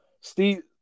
steve